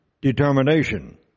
determination